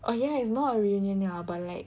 oh yeah it's not a reunion ya but like